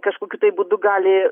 kažkokiu tai būdu gali